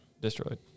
destroyed